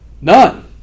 None